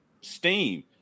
steam